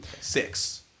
Six